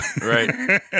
Right